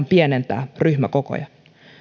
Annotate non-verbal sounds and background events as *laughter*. *unintelligible* pienentää ryhmäkokoja